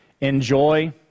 enjoy